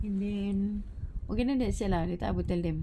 and then okay then that's set lah later I will tell them